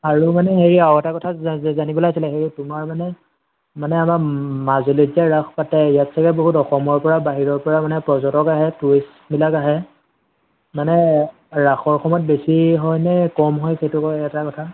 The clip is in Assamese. আৰু মানে হেৰি আৰু এটা কথা জানিবলৈ আছিলে তোমাৰ মানে আমাৰ মাজুলীত যে ৰাস পাতে ইয়াত চাগৈ অসমৰপৰা বাহিৰৰপৰা বাহিৰৰপৰা পৰ্যটক আহে টুৰিষ্টবিলাক আহে মানে ৰাসৰ সময়ত বেছি হয় নে কম হয় সেইটো এটা কথা